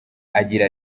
agira